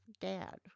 dad